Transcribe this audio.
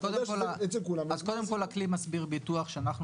אז קודם כל הכלי מסביר ביטוח שאנחנו